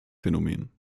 phänomen